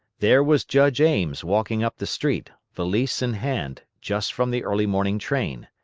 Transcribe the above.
there was judge ames walking up the street, valise in hand, just from the early morning train.